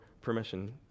permission